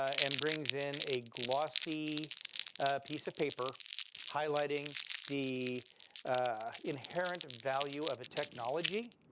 and brings in a glossy piece of paper highlighting the inherent value of a technology.